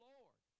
Lord